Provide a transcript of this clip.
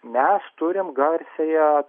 mes turime garsiąją